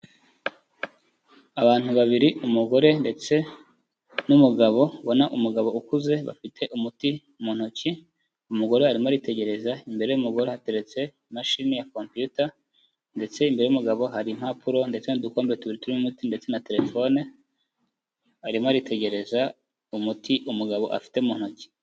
Abantu babiri umugore ndetse n'umugabo, ubona umugabo ukuze, bafite umuti mu ntoki, umugore arimo aritegereza, imbere y'umugore hateretse imashini ya compiyuta, ndetse imbere y'umugabo hari impapuro ndetse n'udukombe tubiri turimo umuti ndetse na telefone, arimo aritegereza umuti umugabo afite mu ntoki.